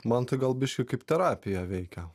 man tai gal biškį kaip terapija veikia